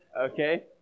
okay